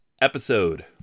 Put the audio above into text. episode